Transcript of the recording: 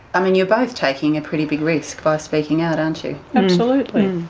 i mean, you're both taking a pretty big risk by speaking out, aren't you? absolutely.